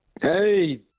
Hey